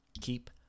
Keep